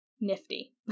nifty